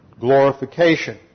glorification